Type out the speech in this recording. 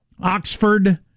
Oxford